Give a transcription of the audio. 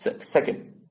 Second